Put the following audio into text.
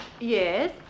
Yes